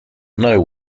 know